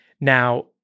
Now